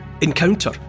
encounter